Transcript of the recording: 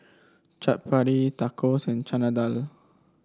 Chaat Papri Tacos and Chana Dal